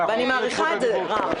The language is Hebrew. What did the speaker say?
ואני מעריכה את זה, רם.